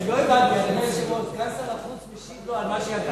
לא הבנתי, סגן שר החוץ משיב לו על מה,